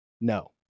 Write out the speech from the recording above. No